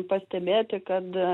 pastebėti kad